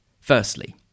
Firstly